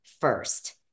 first